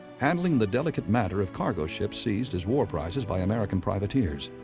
handling the delicate matter of cargo ships seized as war prizes by american privateers,